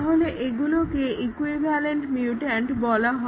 তাহলে এগুলোকে equivalent mutant বলা হয়